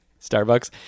Starbucks